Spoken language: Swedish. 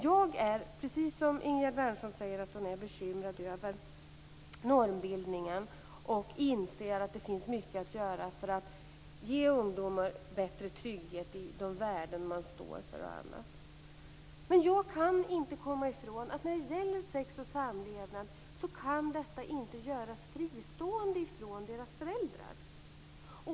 Jag är, precis som Ingegerd Wärnersson, bekymrad över normbildningen. Jag inser att det finns mycket att göra för att ge ungdomar bättre trygghet i de värden de står för. Jag kan inte komma ifrån att undervisning i sexoch samlevnad inte kan genomföras fristående från föräldrarna.